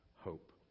hope